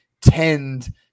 tend